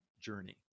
journey